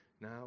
now